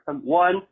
One